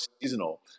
seasonal